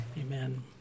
Amen